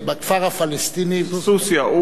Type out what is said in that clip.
בכפר הפלסטיני סוסיא.